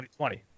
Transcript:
2020